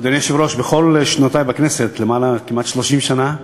אדוני היושב-ראש, בכל שנותי בכנסת, כמעט 30 שנה,